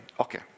Okay